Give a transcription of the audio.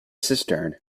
cistern